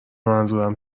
منظورم